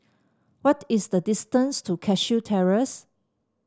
what is the distance to Cashew Terrace